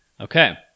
Okay